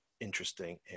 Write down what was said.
interesting